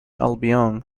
albion